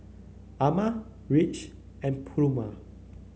Ama Ridge and Pluma